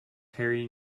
harry